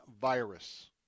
virus